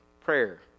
prayer